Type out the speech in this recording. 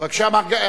ועדת